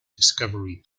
discovery